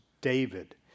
David